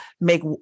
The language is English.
make